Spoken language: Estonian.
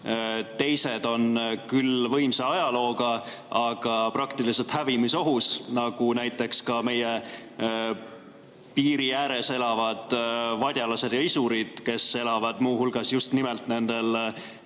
Teised on küll võimsa ajalooga, aga praktiliselt hävimisohus, nagu näiteks ka meie piiri ääres elavad vadjalased ja isurid, kes elavad muu hulgas just nimelt nendel